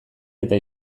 eta